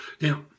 Now